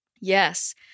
yes